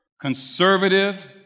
conservative